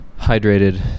Hydrated